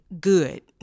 good